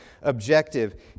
objective